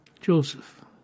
Joseph